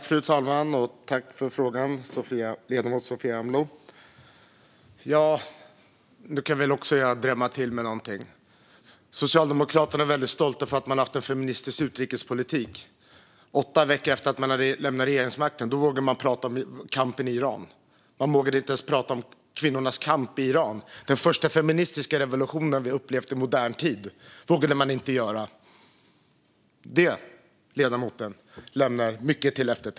Fru talman! Tack för frågan, ledamoten Sofia Amloh! Jag kan väl också drämma till med någonting. Socialdemokraterna är väldigt stolta över att man har haft en feministisk utrikespolitik. Åtta veckor efter att man hade lämnat regeringsmakten vågade man prata om kampen i Iran. Innan vågade man inte ens prata om kvinnornas kamp i Iran. Den första feministiska revolutionen som vi har upplevt i modern tid vågade man inte tala om. Detta, ledamoten, leder till eftertanke.